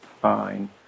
fine